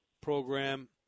program